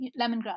lemongrass